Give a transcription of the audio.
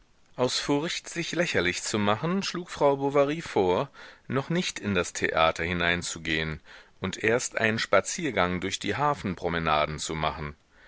aus furcht sich lächerlich zu machen schlug frau bovary vor noch nicht in das theater hineinzugehen und erst einen spaziergang durch die hafenpromenaden zu machen